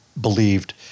believed